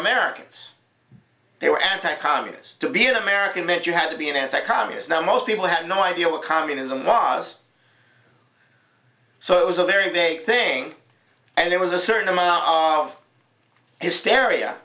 americans they were anti communist to be an american made you have to be an anti communist now most people have no idea what communism was so it was a very vague thing and it was a certain amount of hysteria